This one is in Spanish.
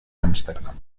ámsterdam